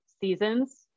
seasons